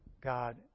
God